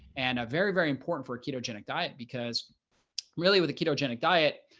and a very, very important for a ketogenic diet because really with a ketogenic diet,